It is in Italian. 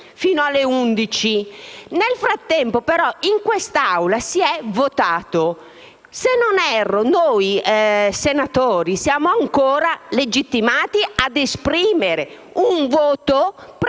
Nel frattempo, però, in quest'Aula si è votato. Se non erro, noi senatori siamo ancora legittimati ad esprimere un voto,